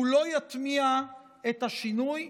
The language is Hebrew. הוא לא יתניע את השינוי,